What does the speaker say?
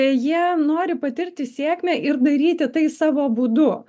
jie nori patirti sėkmę ir daryti tai savo būdu